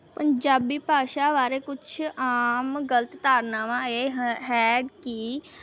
ਪੰਜਾਬੀ ਭਾਸ਼ਾ ਬਾਰੇ ਕੁਛ ਆਮ ਗਲਤ ਧਾਰਨਾਵਾਂ ਇਹ ਹੈ ਕਿ